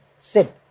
Sit